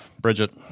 Bridget